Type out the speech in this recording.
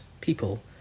people